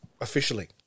officially